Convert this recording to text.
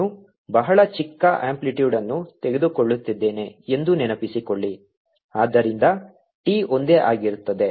ನಾನು ಬಹಳ ಚಿಕ್ಕ ಅಂಪ್ಲಿಟ್ಯೂಡ್ಅನ್ನು ತೆಗೆದುಕೊಳ್ಳುತ್ತಿದ್ದೇನೆ ಎಂದು ನೆನಪಿಸಿಕೊಳ್ಳಿ ಆದ್ದರಿಂದ T ಒಂದೇ ಆಗಿರುತ್ತದೆ